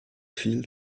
viel